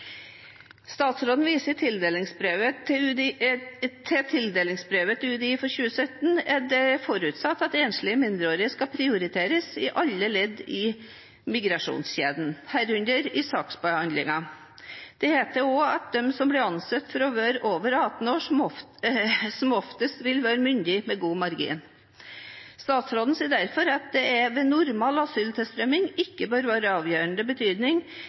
til at det i tildelingsbrevet til UDI for 2017 er forutsatt at enslige mindreårige skal prioriteres i alle ledd i migrasjonskjeden, herunder i saksbehandlingen. Det heter også at de som blir ansett for å være over 18 år, som oftest vil være myndig med god margin. Statsråden sier derfor at det ved normal asylsøkertilstrømming ikke bør være av avgjørende betydning